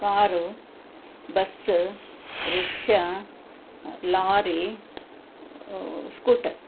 car bus rickshaw lorry scooter